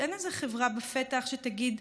הזדמנות, אין איזו חברה בפתח שתגיד: